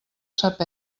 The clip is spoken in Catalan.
sap